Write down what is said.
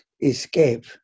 escape